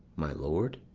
my lord,